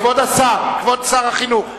כבוד השר, כבוד שר החינוך,